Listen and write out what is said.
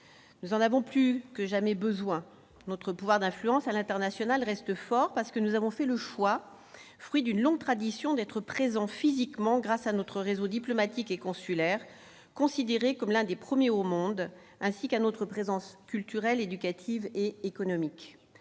Nous en avons plus que jamais besoin ! Notre pouvoir d'influence à l'international reste fort, parce que nous avons fait le choix, fruit d'une longue tradition, d'être présents physiquement grâce à notre réseau diplomatique et consulaire, considéré comme l'un des premiers au monde, et grâce à notre présence culturelle éducative et économique.